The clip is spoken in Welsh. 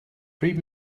pryd